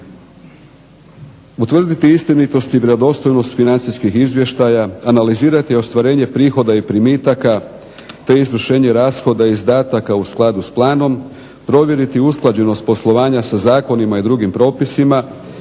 Utvrditi istinitost i vjerodostojnost financijskih izvještaja, analizirati ostvarenje prihoda i primitaka, te izvršenje rashoda i izdataka u skladu s planom, provjeriti usklađenost poslovanja sa zakonima i drugim propisima,